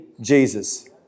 Jesus